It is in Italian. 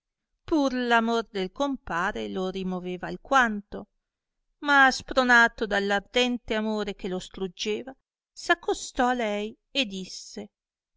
pur l'amor del compare lo rimoveva alquanto ma spronato dall'ardente amore che lo struggeva s'accostò a lei e disse